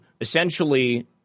essentially